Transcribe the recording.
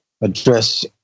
address